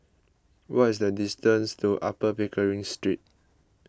what is the distance to Upper Pickering Street